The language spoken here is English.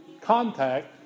contact